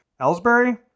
Ellsbury